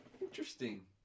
Interesting